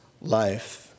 life